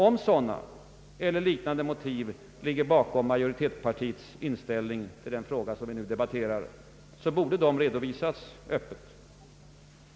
Om sådana eller liknande motiv ligger bakom majoritetspartiets inställning till den fråga vi nu debatterar, bör de redovisas öppet.